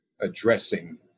addressing